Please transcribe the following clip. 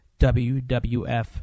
WWF